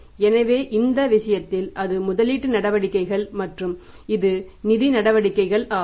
எனவே இந்த விஷயத்தில் அது முதலீட்டு நடவடிக்கைகள் மற்றும் இது நிதி நடவடிக்கைகள் ஆகும்